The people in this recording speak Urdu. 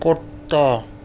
کُتّا